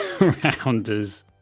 Rounders